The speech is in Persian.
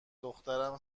دخترم